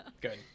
Good